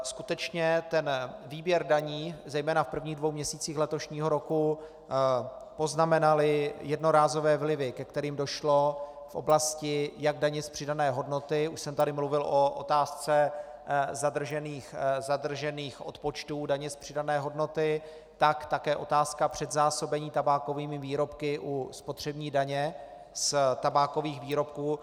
Skutečně výběr daní zejména v prvních dvou měsících letošního roku poznamenaly jednorázové vlivy, ke kterým došlo v oblasti jak daně z přidané hodnoty, už jsem tady mluvil o otázce zadržených odpočtů daně z přidané hodnoty, tak také otázka předzásobení tabákovými výrobky u spotřební daně z tabákových výrobků.